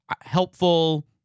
helpful